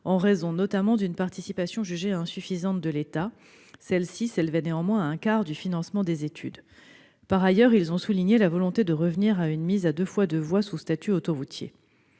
en raison notamment d'une participation jugée insuffisante de l'État- celle-ci s'élevait néanmoins à un quart du financement des études. Par ailleurs, les élus ont souligné leur volonté de revenir à une mise à deux fois deux voies sous statut autoroutier.